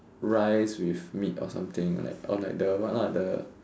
rice with meat or something like or like the what lah the